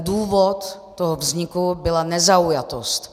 Důvod toho vzniku byla nezaujatost.